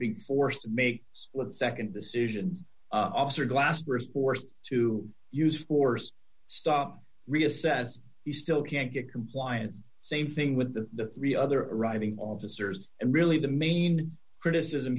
being forced to make split nd decisions officer glasper is forced to use force stop reassess he still can't get compliance same thing with the three other arriving officers and really the main criticism